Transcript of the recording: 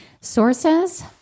Sources